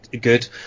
good